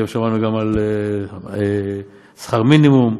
היום שמענו גם על שכר מינימום.